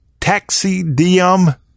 Taxidium